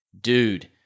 dude